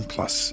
Plus